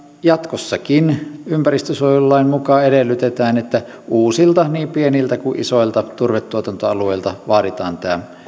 jatkossakin ympäristönsuojelulain mukaan edellytetään että uusilta niin pieniltä kuin isoilta turvetuotantoalueilta vaaditaan